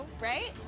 right